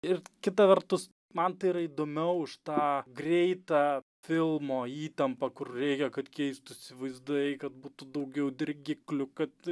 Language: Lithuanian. ir kita vertus man tai yra įdomiau už tą greitą filmo įtampą kur reikia kad keistųsi vaizdai kad būtų daugiau dirgiklių kad